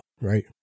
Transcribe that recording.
right